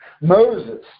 Moses